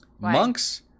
Monks